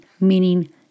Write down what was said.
Meaning